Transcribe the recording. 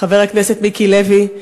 חבר הכנסת מיקי לוי,